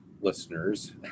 listeners